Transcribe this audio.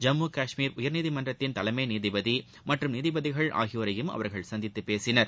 ஜம்மு காஷ்மீர் உயர்நீதிமன்றத்தின் தலைமை நீதிபதி மற்றும் நீதிபதிகள் ஆகியோரையும் அவர்கள் சந்தித்து பேசினர்